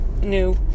new